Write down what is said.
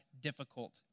difficult